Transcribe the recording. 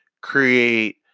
create